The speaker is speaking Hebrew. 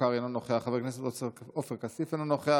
אינו נוכח,